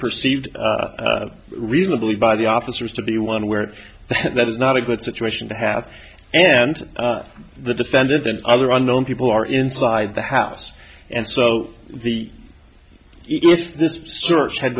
perceived reasonably by the officers to be one where that is not a good situation to have and the defendant and other unknown people are inside the house and so the if this search had